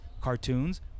cartoons